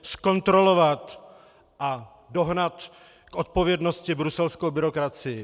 Zkontrolovat a dohnat k odpovědnosti bruselskou byrokracii!